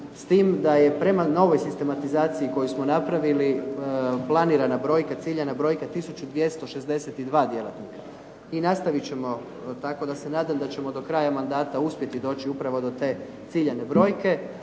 s tim da je prema novoj sistematizaciji koju smo napravili planirana brojka, ciljana brojka tisuću 262 djelatnika. I nastavit ćemo, tako da se nadam da ćemo do kraja mandata uspjeti doći upravo do te ciljane brojke.